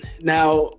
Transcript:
Now